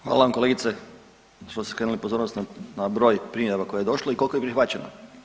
Hvala vam kolegice što ste skrenuli pozornost na broj primjedaba koje je došlo i koliko je prihvaćeno.